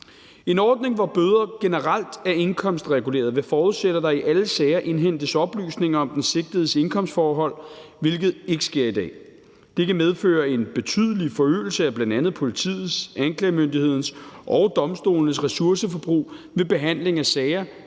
En ordning, hvor bøder generelt er indkomstregulerede, vil forudsætte, at der i alle sager indhentes oplysninger om den sigtedes indkomstforhold, hvilket ikke sker i dag. Det kan medføre en betydelig forøgelse af bl.a. politiets, anklagemyndighedens og domstolenes ressourceforbrug ved behandling af sager,